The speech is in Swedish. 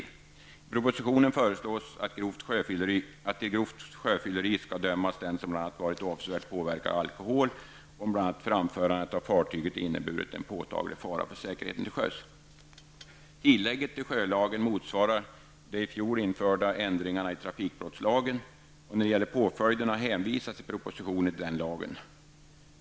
I propositionen föreslås att för grovt sjöfylleri skall den dömas som bl.a. varit avsevärt påverkad av alkohol och om bl.a. framförandet av fartyget inneburit en påtaglig fara för säkerheten till sjöss. Tillägget till sjölagen motsvarar de i fjol införda ändringarna i trafikbrottslagen. När det gäller påföljder hänvisas i propositionen till denna lag.